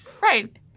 Right